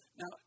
Now